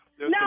No